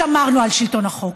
שמרנו על שלטון החוק,